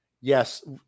Yes